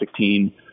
2016